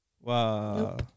Wow